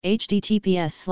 https